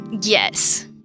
Yes